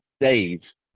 days